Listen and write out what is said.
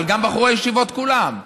אבל גם בחורי הישיבות כולם.